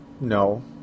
No